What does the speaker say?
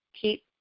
keep